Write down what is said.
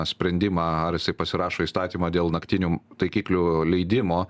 sprendimą ar jisai pasirašo įstatymą dėl naktinių taikiklių leidimo